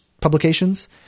publications